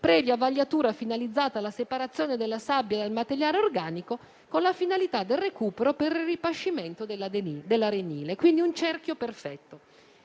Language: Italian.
previa vagliatura finalizzata alla separazione della sabbia dal materiale organico, con la finalità del recupero per il ripascimento dell'arenile; quindi un cerchio perfetto.